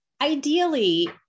ideally